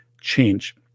change